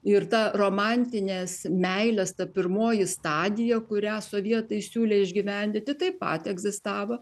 ir ta romantinės meilės ta pirmoji stadija kurią sovietai siūlė išgyvendinti taip pat egzistavo